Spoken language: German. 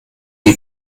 die